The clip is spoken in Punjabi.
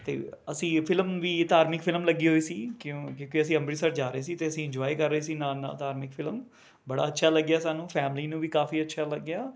ਅਤੇ ਅਸੀਂ ਫਿਲਮ ਵੀ ਧਾਰਮਿਕ ਫਿਲਮ ਲੱਗੀ ਹੋਈ ਸੀ ਕਿਉਂ ਕਿਉਂਕਿ ਅਸੀਂ ਅੰਮ੍ਰਿਤਸਰ ਜਾ ਰਹੇ ਸੀ ਅਤੇ ਅਸੀਂ ਇੰਜੋਏ ਕਰ ਰਹੇ ਸੀ ਨਾਲ ਨਾਲ ਧਾਰਮਿਕ ਫਿਲਮ ਬੜਾ ਅੱਛਾ ਲੱਗਿਆ ਸਾਨੂੰ ਫੈਮਿਲੀ ਨੂੰ ਵੀ ਕਾਫੀ ਅੱਛਾ ਲੱਗਿਆ